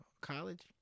College